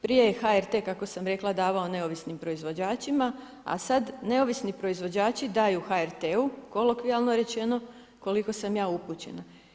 Prije je HRT kako sam rekla davao neovisnim proizvođačima, a sada neovisni proizvođači daju HRT-u kolokvijalno rečeno, koliko sam ja upućena.